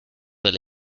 del